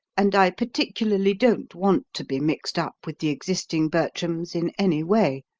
and i particularly don't want to be mixed up with the existing bertrams in any way.